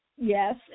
yes